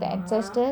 (uh huh)